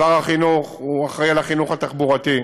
שר החינוך אחראי לחינוך התחבורתי,